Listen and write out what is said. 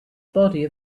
body